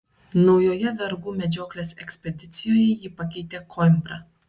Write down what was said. naujoje vergų medžioklės ekspedicijoje jį pakeitė koimbra